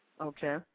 Okay